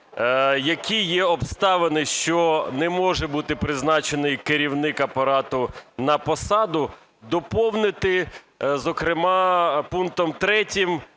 які є обставини, що не може бути призначений керівник Апарату на посаду, доповнити зокрема пунктом 3